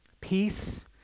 peace